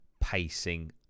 pacing